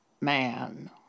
man